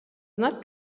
not